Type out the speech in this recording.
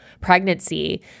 pregnancy